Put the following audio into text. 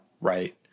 right